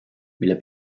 mille